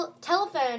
telephone